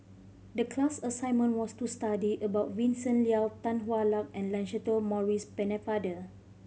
the class assignment was to study about Vincent Leow Tan Hwa Luck and Lancelot Maurice Pennefather